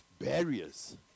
barriers